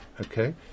okay